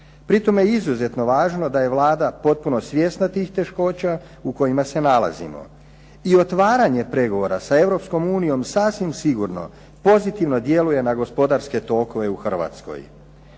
Pri tome je izuzetno važno da je Vlada potpuno svjesna tih teškoća u kojima se nalazimo. I otvaranje pregovora sa Europskom unijom sasvim sigurno pozitivno djeluje na gospodarske tokove u Hrvatskoj.